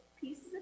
pieces